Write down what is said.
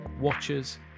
watchers